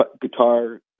guitar